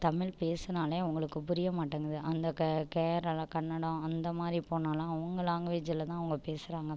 தமிழ் பேசுனாலே அவங்களுக்கு புரிய மாட்டேங்குது அந்த க கேரளா கன்னடம் அந்த மாதிரி போனாலும் அவங்க லாங்குவேஜ்ஜில் தான் அவங்க பேசுகிறாங்க